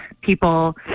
people